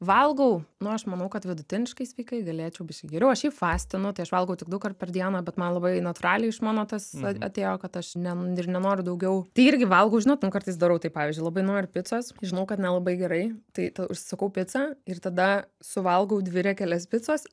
valgau nu aš manau kad vidutiniškai sveikai galėčiau biški geriau o šiaip fastinu tai aš valgau tik dukart per dieną bet man labai natūraliai iš mano tas atėjo kad aš nenoriu ir nenoriu daugiau tai irgi valgau žinot ten kartais darau taip pavyzdžiui labai noriu picos žinau kad nelabai gerai tai ta užsisakau picą ir tada suvalgau dvi riekeles picos